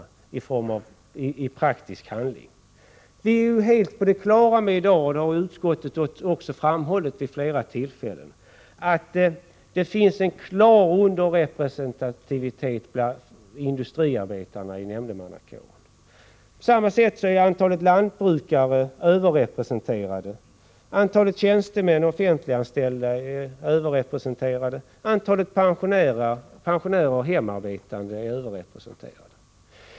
Vi är ju helt på det klara med — det har också utskottet framhållit vid flera tillfällen — att industriarbetarna är klart underrepresenterade i nämndemannakåren. I stället är lantbrukarna överrepresenterade, likaså tjänstemän och offentliganställda, pensionärer och hemarbetande.